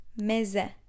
Meze